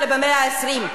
אלא במאה ה-20.